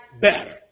better